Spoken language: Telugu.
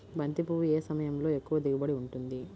బంతి పువ్వు ఏ సమయంలో ఎక్కువ దిగుబడి ఉంటుంది?